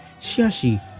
Shashi